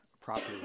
property